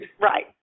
Right